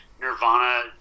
Nirvana